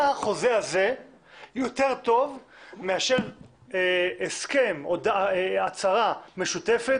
מה החוזה הזה יותר טוב מאשר הסכם או הצהרה משותפת